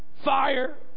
fire